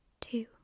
Two